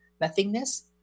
nothingness